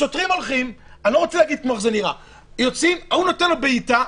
השוטרים הולכים אני לא רוצה להגיד כמו מה זה נראה הוא נותן בעיטה,